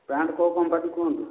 pant କେଉଁ କମ୍ପାନୀର କୁହନ୍ତୁ